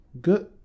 Good